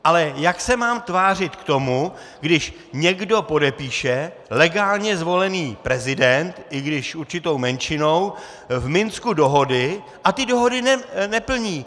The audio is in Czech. Ale jak se mám tvářit k tomu, když někdo podepíše, legálně zvolený prezident, i když určitou menšinou, v Minsku dohody a ty dohody neplní.